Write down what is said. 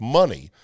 money